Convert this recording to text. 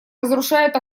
разрушает